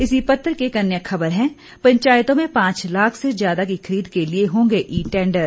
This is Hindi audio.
इसी पत्र की एक अन्य खबर है पंचायतों में पांच लाख से ज्यादा की खरीद के लिए होंगे ई टैंडर